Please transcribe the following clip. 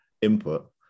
input